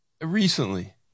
recently